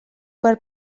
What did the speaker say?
per